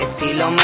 estilo